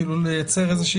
כאילו לייצר איזו שהיא.